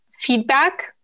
feedback